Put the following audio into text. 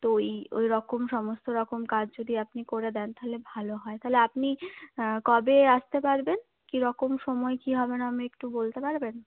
তো ওই ওইরকম সমস্ত রকম কাজ যদি আপনি করে দেন তাহলে ভালো হয় তাহলে আপনি কবে আসতে পারবেন কিরকম সময় কি হবে না হবে আমাকে একটু বলতে পারবেন